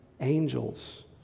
angels